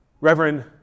Reverend